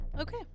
okay